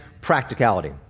practicality